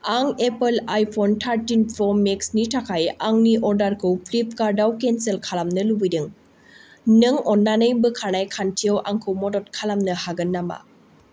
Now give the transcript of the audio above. आं Apple iPhone thirteen pro मेक्सनि थाखाय आंनि अर्डारखौ फ्लिपकार्टआव केन्सेल खालामनो लुबैदों नों अन्नानै बोखारनाय खान्थियाव आंखौ मदद खालामनो हागोन नामा